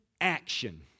action